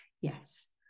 Yes